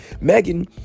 Megan